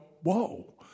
whoa